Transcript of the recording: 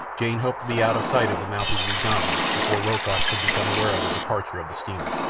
jane hoped to be out of sight of the mouth of the ugambi before rokoff could become aware of the departure of the steamer.